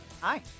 Hi